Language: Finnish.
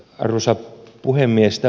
arvoisa puhemies